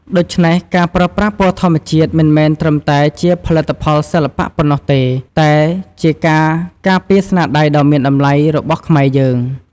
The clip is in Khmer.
ដូច្នេះ ការប្រើប្រាស់ពណ៌ធម្មជាតិមិនមែនត្រឹមតែជាផលិតផលសិល្បៈប៉ុណ្ណោះទេ តែជាការការពារស្នាដៃដ៏មានតម្លៃរបស់ខ្មែរយើង។